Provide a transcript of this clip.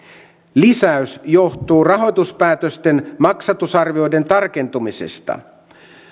lisäys johtuu rahoituspäätösten maksatusarvioiden tarkentumisesta